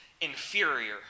inferior